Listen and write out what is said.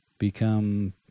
become